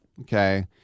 Okay